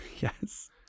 Yes